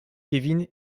kevin